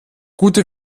gute